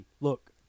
look